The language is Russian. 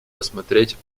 рассмотреть